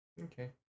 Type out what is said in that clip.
Okay